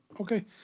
okay